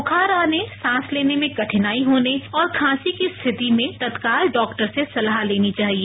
बुखार आने सांस लेने में कठिनाई होने और खासी की स्थिति में तत्काल डॉक्टर से सलाह लेनी चाहिए